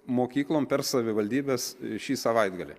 mokyklom per savivaldybes šį savaitgalį